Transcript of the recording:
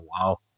wow